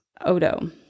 Odo